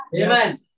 Amen